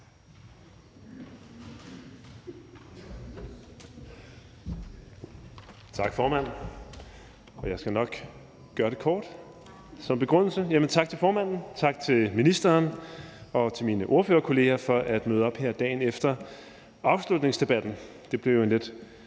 Tak, formand. Jeg skal nok gøre begrundelsen kort. Tak til formanden, tak til ministeren og til mine ordførerkolleger for at møde op her dagen efter afslutningsdebatten. Det blev jo en lidt